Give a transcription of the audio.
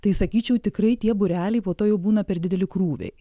tai sakyčiau tikrai tie būreliai po to jau būna per dideli krūviai